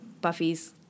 Buffy's